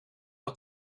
wel